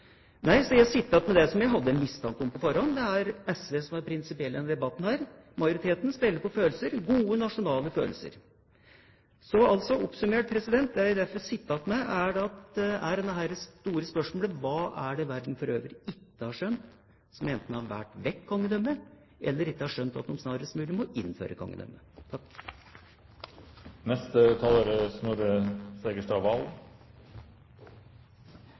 Nei, jeg sitter igjen med det jeg hadde en mistanke om på forhånd: Det er SV som er prinsipiell i denne debatten. Majoriteten spiller på følelser – gode, nasjonale følelser. Det jeg derfor sitter igjen med, er, for å oppsummere, det store spørsmålet: Hva er det verden for øvrig ikke har skjønt – når de enten har valgt vekk kongedømmet, eller ikke har skjønt at de snarest mulig må innføre